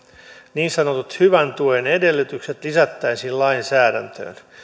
niin sanotut hyvän tuen edellytykset lisättäisiin lainsäädäntöön